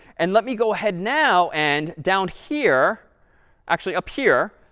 and let me go ahead now and down here actually, up here,